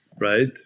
Right